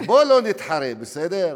אז בוא לא נתחרה, בסדר?